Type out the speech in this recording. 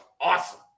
awesome